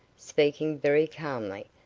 speaking very calmly,